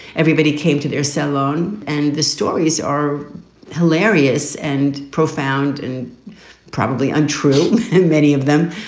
everybody came to their salon. and the stories are hilarious and profound and probably untrue and many of them.